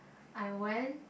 I went